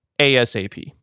ASAP